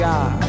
God